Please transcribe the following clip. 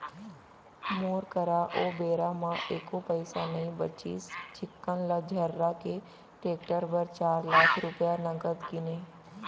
मोर करा ओ बेरा म एको पइसा नइ बचिस चिक्कन ल झर्रा के टेक्टर बर चार लाख रूपया नगद गिनें